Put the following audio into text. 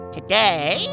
Today